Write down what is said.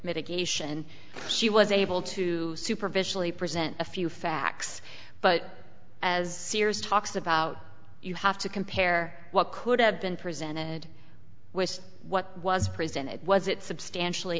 mitigation she was able to superficially present a few facts but as serious talks about you have to compare what could have been presented with what was presented was it substantially